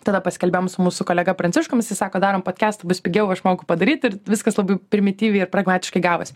tada paskelbiams mūsų kolega pranciškum jisai sako darom podkestą bus pigiau aš moku padaryti ir viskas labai primityviai ir pragmatiškai gavosi